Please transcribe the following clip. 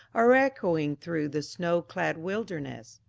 are echoing through the snow-clad wilderness!